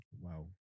wow